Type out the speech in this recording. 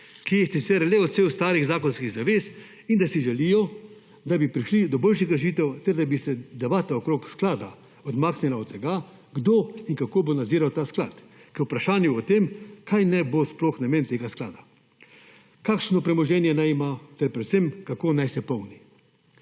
ki je sicer le odsev starih zakonskih zavez, in da si želijo, da bi prišli do boljših rešitev ter da bi se debata okrog sklada odmaknila od tega, kdo in kako bo nadziral ta sklad, ter vprašanju o tem, kaj naj bo sploh namen tega sklada, kakšno premoženje naj ima ter predvsem, kako naj se polni.